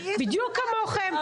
בדיוק כמוכם,